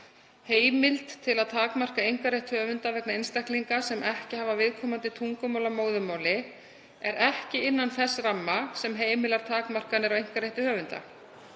Heimild til að takmarka einkarétt höfunda vegna einstaklinga sem ekki hafa viðkomandi tungumál að móðurmáli er ekki innan þess ramma sem heimilar takmarkanir á einkarétti höfunda.